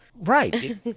Right